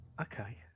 Okay